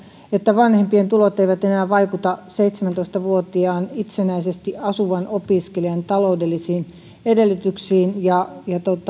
että vanhempien tulot eivät enää vaikuta seitsemäntoista vuotiaan itsenäisesti asuvan opiskelijan taloudellisiin edellytyksiin ja